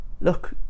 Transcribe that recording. look